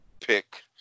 Pick